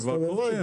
זה כבר קורה.